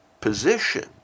position